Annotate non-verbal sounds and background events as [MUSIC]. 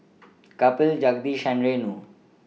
[NOISE] Kapil Jagadish and Renu